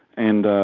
and,